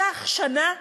זה לקח שנה,